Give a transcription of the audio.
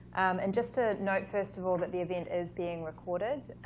and just to note, first of all, that the event is being recorded.